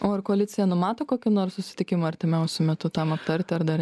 o ar koalicija numato kokių nors susitikimų artimiausiu metu tam aptarti ar dar